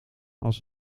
als